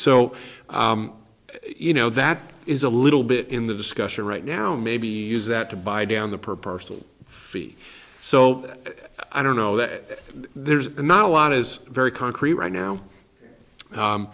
so you know that is a little bit in the discussion right now maybe use that to buy down the per person feet so i don't know that there's not a lot as very concrete right now